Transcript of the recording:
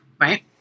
right